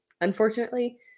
unfortunately